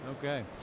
Okay